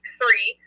three